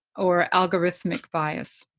or algorithmic bias.